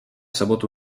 sobotu